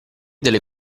delle